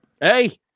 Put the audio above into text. hey